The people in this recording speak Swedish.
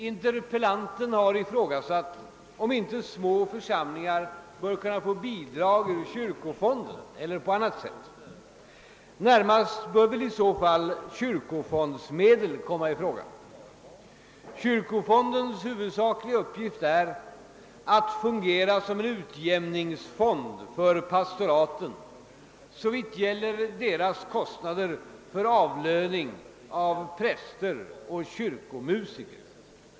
Interpellanten har ifrågasatt om inte små församlingar bör kunna få bidrag ur kyrkofonden eller på annat sätt. Närmast bör väl i så fall kyrkofondsmedel komma i fråga. Kyrkofondens huvudsakliga uppgift är att fungera som en utjämningsfond för pastoraten såvitt gäl ler deras kostnader för avlöning av präster och kyrkomusiker.